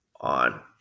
on